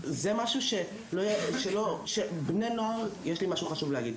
זה משהו שבני נוער, יש לי משהו חשוב להגיד,